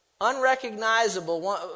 Unrecognizable